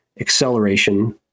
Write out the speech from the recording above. acceleration